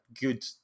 good